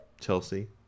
Chelsea